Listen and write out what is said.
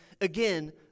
Again